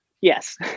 Yes